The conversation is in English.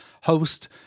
host